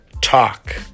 Talk